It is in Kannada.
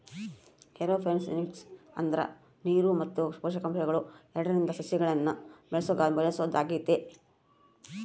ಏರೋಪೋನಿಕ್ಸ್ ಅಂದ್ರ ನೀರು ಮತ್ತೆ ಪೋಷಕಾಂಶಗಳು ಎರಡ್ರಿಂದ ಸಸಿಗಳ್ನ ಬೆಳೆಸೊದಾಗೆತೆ